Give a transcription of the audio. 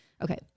Okay